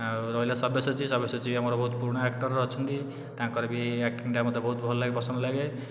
ଆଉ ରହିଲା ସବ୍ୟସାଚୀ ସବ୍ୟସାଚୀ ବି ଆମର ବହୁତ ପୁରୁଣା ଆକ୍ଟର ଅଛନ୍ତି ତାଙ୍କର ବି ଆକ୍ଟିଙ୍ଗଟା ମୋତେ ବହୁତ ଭଲ ଲାଗେ ପସନ୍ଦ ଲାଗେ